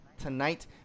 tonight